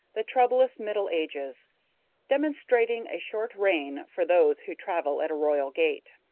the troublous middle ages demonstrating a short reign for those who travel at a royal gait.